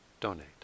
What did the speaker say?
donate